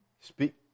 speak